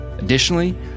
Additionally